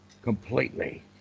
completely